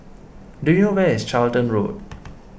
do you where is Charlton Road